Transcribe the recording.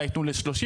אולי ייתנו ל-30,